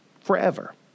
forever